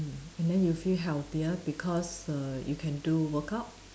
mm and then you'll feel healthier because err you can do workout